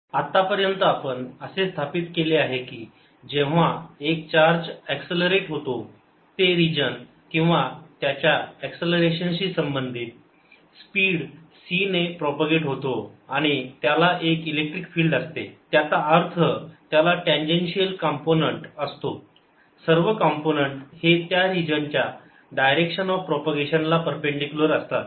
radiation from an accelerating charge II आत्तापर्यंत आपण असे स्थापित केले आहे की जेव्हा एक चार्ज एक्ससलरेट होतो ते रिजन किंवा त्याच्या एक्ससलरेशन शी संबंधित स्पीड c ने प्रोपॅगेट होतो आणि त्याला एक इलेक्ट्रिक फिल्ड असते त्याचा अर्थ त्याला ट्याणजेशिअल कॉम्पोनन्ट असतो सर्व कॉम्पोनन्ट हे त्या रिजनच्या डायरेक्शन ऑफ प्रोपगेशन ला परपेंडीकुलर असतात